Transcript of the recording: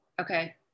Okay